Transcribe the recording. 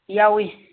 ꯌꯥꯎꯏ